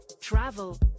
travel